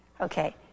okay